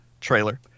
trailer